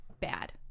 bad